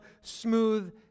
smooth